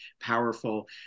powerful